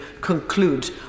conclude